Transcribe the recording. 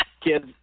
Kids